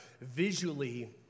visually